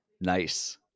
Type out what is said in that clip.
Nice